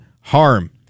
harm